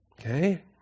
Okay